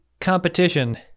competition